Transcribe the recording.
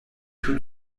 tous